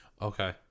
Okay